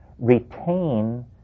Retain